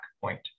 point